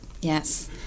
Yes